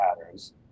patterns